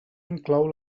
inclou